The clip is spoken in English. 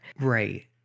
Right